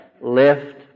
lift